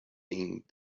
being